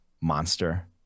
Monster